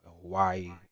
Hawaii